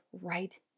right